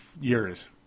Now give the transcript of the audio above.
years